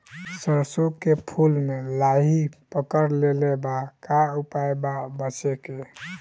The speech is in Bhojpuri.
सरसों के फूल मे लाहि पकड़ ले ले बा का उपाय बा बचेके?